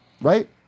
right